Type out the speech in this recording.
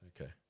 Okay